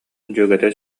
дьүөгэтэ